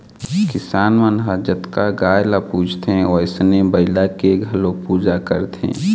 किसान मन ह जतका गाय ल पूजथे वइसने बइला के घलोक पूजा करथे